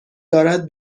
دارد